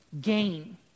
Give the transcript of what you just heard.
gain